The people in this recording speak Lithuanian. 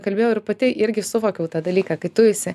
kalbėjau ir pati irgi suvokiau tą dalyką kai tu esi